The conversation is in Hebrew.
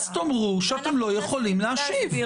אז תאמרו שאתם לא יכולים להשיב.